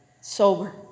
sober